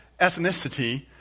ethnicity